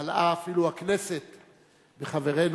מלאה אפילו הכנסת בחברינו,